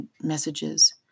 messages